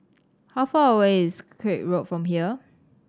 how far away is Craig Road from here